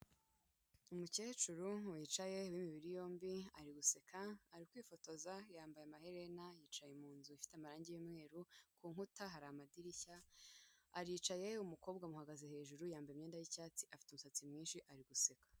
Umukecuru wicaye w'imibiri yombi ari guseka, ari kwifotoza, yambaye amaherena, yicaye mu nzu ifite amarangi y'umweru, ku nkuta hari amadirishya, aricaye, umukobwa amuhagaze hejuru, yambaye imyenda y'icyatsi, afite umusatsi mwinshi, ari guseka.